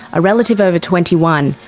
a relative over twenty one,